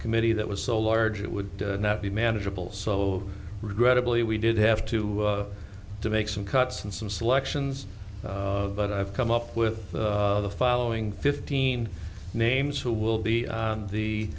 committee that was so large it would not be manageable so regrettably we did have to to make some cuts and some selections but i've come up with the following fifteen names who will be